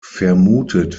vermutet